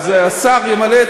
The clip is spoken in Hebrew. שנית, גם אני שואל את